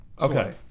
Okay